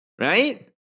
right